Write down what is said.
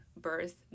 birth